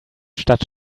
stadt